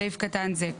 בסעיף קטן זה,